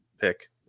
pick